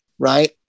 right